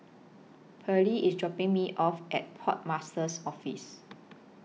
Pearly IS dropping Me off At Port Master's Office